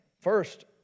first